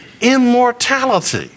immortality